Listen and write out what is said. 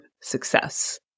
success